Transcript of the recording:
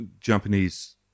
Japanese